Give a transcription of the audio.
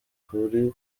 kuri